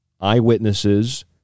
eyewitnesses